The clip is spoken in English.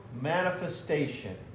manifestation